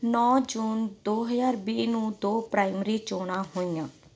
ਨੌਂ ਜੂਨ ਦੋ ਹਜ਼ਾਰ ਵੀਹ ਨੂੰ ਦੋ ਪ੍ਰਾਇਮਰੀ ਚੋਣਾਂ ਹੋਈਆਂ